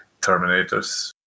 Terminators